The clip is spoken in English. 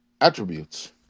attributes